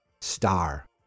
star